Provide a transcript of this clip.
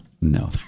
No